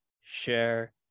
share